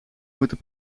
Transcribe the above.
moeten